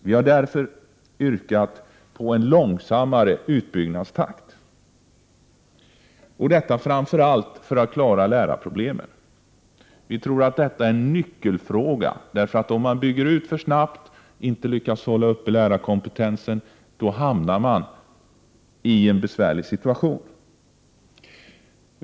Därför har vi yrkat på en långsammare utbyggnadstakt, detta framför allt för att klara lärarproblemen. Vi tror att detta är en nyckelfråga, för bygger man ut för snabbt och inte lyckas hålla uppe lärarkompetensen, hamnar man i en besvärlig situation.